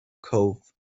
cove